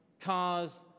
cars